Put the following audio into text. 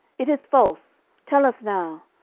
it is false tell us now.